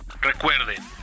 Recuerden